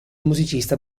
musicista